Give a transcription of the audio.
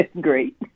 great